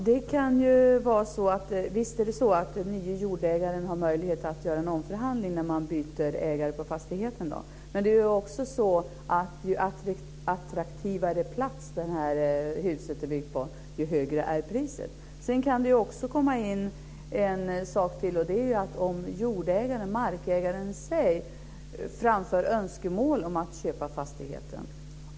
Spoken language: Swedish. Fru talman! Visst har den nya jordägaren en möjlighet att göra en omförhandling när man byter ägare på fastigheten. Det är också så att ju attraktivare den plats huset är byggt på, desto högre är priset. Sedan kan det komma in en sak, och det är att jordägaren, markägaren, själv framför önskemål om att köpa fastigheten.